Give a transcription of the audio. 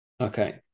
Okay